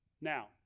Now